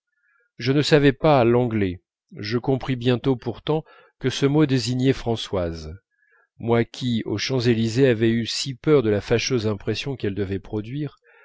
je ne savais pas l'anglais je compris bientôt pourtant que ce mot désignait françoise moi qui aux champs-élysées avais eu si peur de la fâcheuse impression qu'elle devait produire